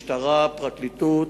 משטרה, פרקליטות,